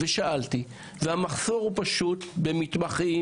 שאלתי והמחסור הוא פשוט במתמחים.